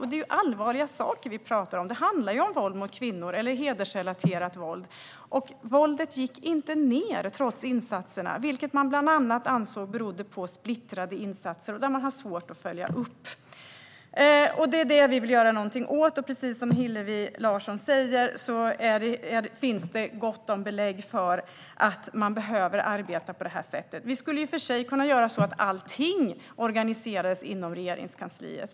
Det är allvarliga saker vi pratar om. Det handlar ju om våld mot kvinnor eller hedersrelaterat våld, och våldet gick inte ned trots insatserna, vilket man ansåg bland annat berodde på splittrade insatser som är svåra att följa upp. Det är detta vi vill göra någonting åt, och precis som Hillevi Larsson säger finns det gott om belägg för att man behöver arbeta på det här sättet. Vi skulle i och för sig kunna göra så att allting organiseras inom Regeringskansliet.